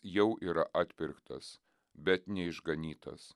jau yra atpirktas bet neišganytas